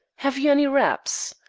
have you any wraps?